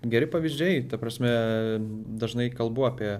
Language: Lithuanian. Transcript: geri pavyzdžiai ta prasme dažnai kalbu apie